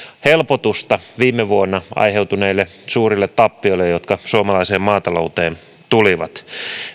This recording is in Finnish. helpotusta viime vuonna aiheutuneille suurille tappioille jotka suomalaiseen maatalouteen tulivat